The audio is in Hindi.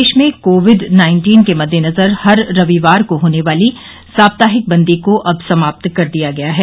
प्रदेश में कोविड नाइन्टीन के मददेनजर हर रविवार को होने वाली साप्ताहिक बंदी को अब समाप्त कर दिया गया है